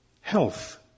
health